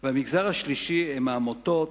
והמגזר השלישי הוא העמותות,